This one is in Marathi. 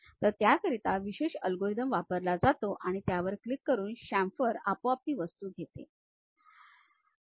तर त्याकरिता विशेष अल्गोरिदम वापरला जातो आणि त्यावर क्लिक करून शामफर आपोआप ती वस्तू घेते ते